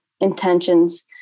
intentions